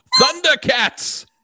thundercats